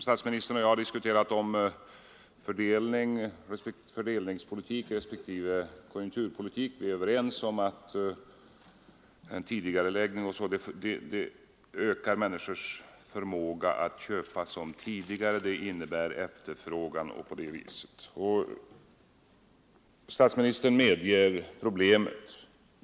Statsministern och jag har diskuterat fördelningspolitik respektive konjunkturpolitik, och vi är överens om att en tidigareläggning ökar människornas förmåga att köpa som förut. Statsministern medger problemet.